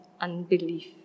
unbelief